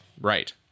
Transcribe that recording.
Right